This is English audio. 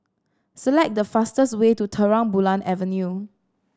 select the fastest way to Terang Bulan Avenue